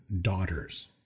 daughters